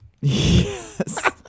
Yes